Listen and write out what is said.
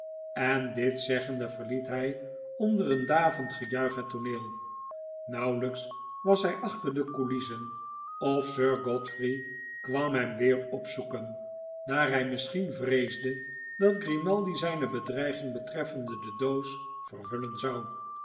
en dit zeggende verliet hij onder een daverend gejuich het tooneel nauwelijks was hij achter de coulissen of sir godfrey kwam hem weer opzoeken daar hij misschien vreesde dat grimaldi zijne bedreiging betreffende de doos vervullen zou